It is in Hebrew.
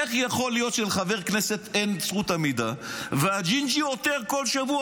איך יכול להיות שלחבר כנסת אין זכות עמידה והג'ינג'י עותר בכל שבוע,